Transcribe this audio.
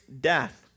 death